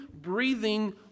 breathing